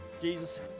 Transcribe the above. Jesus